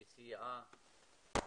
היא סייעה באמת,